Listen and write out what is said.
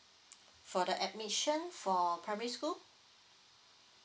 for the admission for primary school